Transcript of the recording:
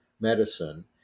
medicine